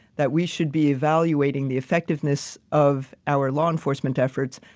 that we should be evaluating the effectiveness of our law enforcement efforts,